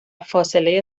فاصله